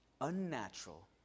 unnatural